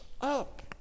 up